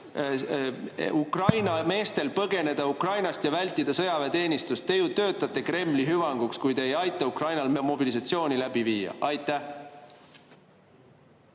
Ukraina meestel põgeneda Ukrainast ja vältida sõjaväeteenistust? Te ju töötate Kremli hüvanguks, kui te ei aita Ukrainal mobilisatsiooni läbi viia. Aitäh,